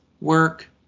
work